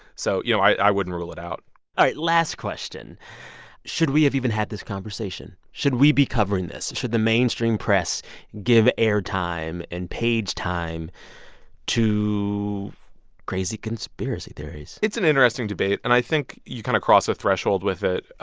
so, you know, i wouldn't rule it out all right. last question should we have even had this conversation? should we be covering this? should the mainstream press give airtime and page time to crazy conspiracy theories? it's an interesting debate. and i think you kind of cross a threshold with it.